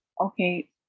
okay